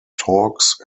talks